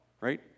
right